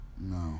No